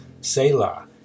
Selah